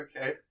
Okay